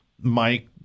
Mike